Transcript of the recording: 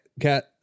cat